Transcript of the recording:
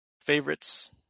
Favorites